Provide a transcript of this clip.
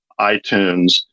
itunes